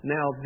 Now